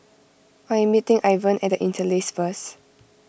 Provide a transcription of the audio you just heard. I am meeting Ivan at the Interlace first